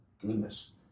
goodness